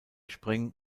spring